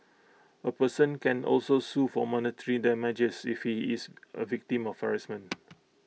A person can also sue for monetary damages if he is A victim of harassment